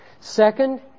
Second